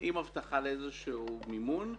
עם הבטחה לאיזשהו מימון.